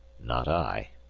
not i.